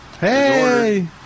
Hey